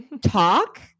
talk